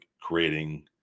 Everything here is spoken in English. creating